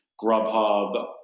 Grubhub